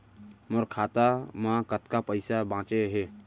मोर खाता मा कतका पइसा बांचे हे?